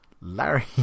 Larry